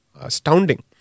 astounding